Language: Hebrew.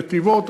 בנתיבות,